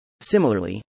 Similarly